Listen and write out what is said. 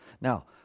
Now